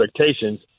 expectations